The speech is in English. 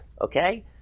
okay